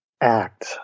act